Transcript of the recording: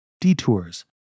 detours